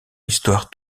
histoire